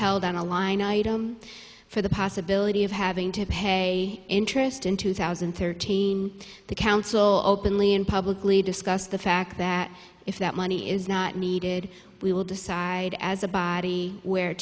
held on a line item for the possibility of having to pay interest in two thousand and thirteen the council openly and publicly discuss the fact that if that money is not needed we will decide as a body where